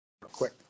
quick